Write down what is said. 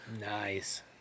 Nice